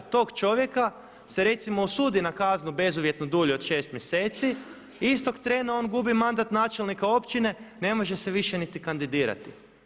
Tog čovjeka se recimo osudi na kaznu bezuvjetnu dulju od 6 mjeseci, istog trena on gubi mandat načelnika općine, ne može se više niti kandidirati.